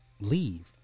leave